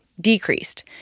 decreased